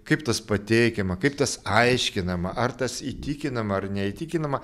kaip tas pateikiama kaip tas aiškinama ar tas įtikinama ar neįtikinama